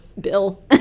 Bill